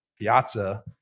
piazza